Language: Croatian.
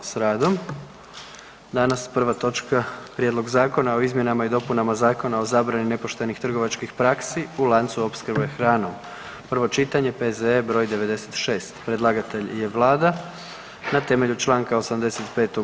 radom, danas prva točka: - Prijedlog zakona o izmjenama i dopunama Zakona o zabrani nepoštenih trgovačkih praksi u lancu opskrbe hranom, prvo čitanje, P.Z.E. br. 96 Predlagatelj je Vlada na temelju članka 85.